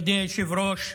מכובדי היושב-ראש,